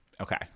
Okay